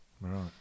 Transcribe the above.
Right